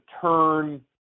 turn